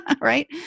Right